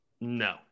No